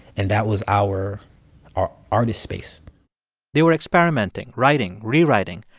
and that was our our artist space they were experimenting, writing, rewriting,